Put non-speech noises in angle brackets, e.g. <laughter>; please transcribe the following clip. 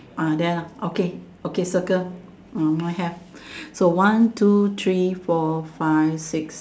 ah there lah okay okay circle uh mine have <breath> so one two three four five six